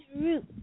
root